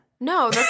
No